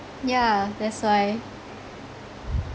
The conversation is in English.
yeah that's why